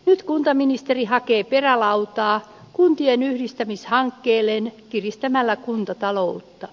nyt kuntaministeri hakee perälautaa kuntien yhdistämishankkeelleen kiristämällä kuntataloutta